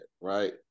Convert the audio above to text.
right